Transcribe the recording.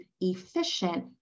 efficient